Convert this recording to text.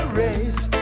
race